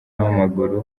w’amaguru